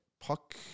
puck